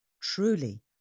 Truly